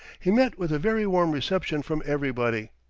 he met with a very warm reception from everybody.